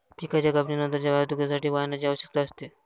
पिकाच्या कापणीनंतरच्या वाहतुकीसाठी वाहनाची आवश्यकता असते